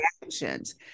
reactions